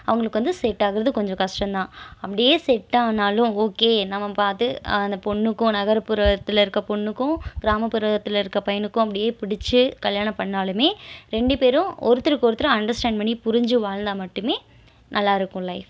அவுங்களுக்கு வந்து செட் ஆகுறது கொஞ்சம் கஷ்டந்தான் அப்படியே செட் ஆனாலும் ஓகே நம்ம பார்த்து அந்த பொண்ணுக்கும் நகர்புறத்தில் இருக்க பொண்ணுக்கும் கிராமப்புறத்தில் இருக்க பையனுக்கும் அப்படியே பிடிச்சு கல்யாணம் பண்ணாலுமே ரெண்டு பேரும் ஒருத்தருக்கு ஒருத்தர் அண்டர்ஸ்டாண்ட் பண்ணி புரிஞ்சு வாழ்ந்தால் மட்டுமே நல்லாருக்கும் லைஃப்